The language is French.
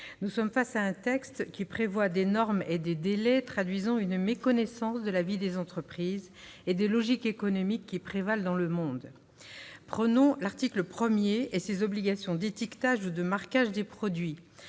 nous sommes face à un texte qui prévoit des normes et des délais traduisant une méconnaissance de la vie des entreprises et des logiques économiques qui prévalent dans le monde. Prenons l'article 1 et ses obligations d'étiquetage ou de marquage des produits